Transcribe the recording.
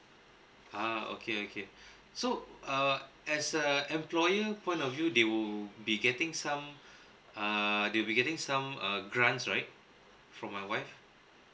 uh okay okay so uh as a employer point of view they will be getting some ah they'll be getting some uh grants right from my wife